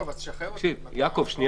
שר